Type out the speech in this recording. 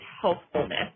healthfulness